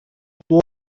mismo